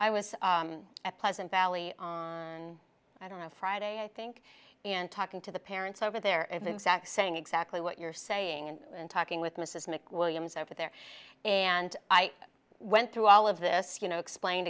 i was at pleasant valley and i don't have friday i think and talking to the parents over there in the exact saying exactly what you're saying and talking with mrs mcwilliams over there and i went through all of this you know explain